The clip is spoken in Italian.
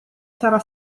sarà